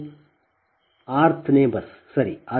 ಇದು rth ನೇ bus ಸರಿ